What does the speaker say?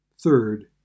Third